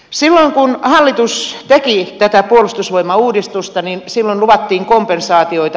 silloin kun hallitus teki tätä puolustusvoimauudistusta niin luvattiin kompensaatioita